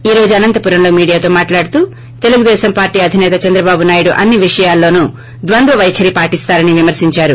ఈ రోజు అనంతపురంలో మీడియాతో మాట్లాడుతూ తెలుగుదేశం అధినేత చంద్రబాబు నాయుడు అన్ని విషయాల్లోనూ ద్వంద్వ పైఖరి పాటిస్తారని విమర్పించారు